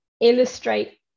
illustrate